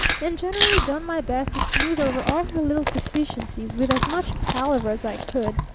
and generally done my best to smooth over all her little deficiencies with as much palaver as i could.